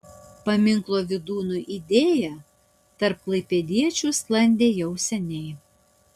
paminklo vydūnui idėja tarp klaipėdiečių sklandė jau seniai